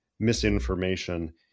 misinformation